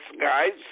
guys